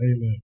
Amen